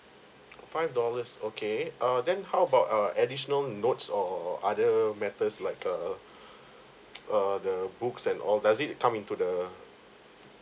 five dollars okay err then how about uh additional notes or other matters like uh uh the books and all does it come into the